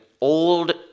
old